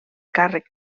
càrrec